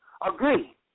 agree